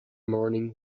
morning